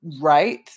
right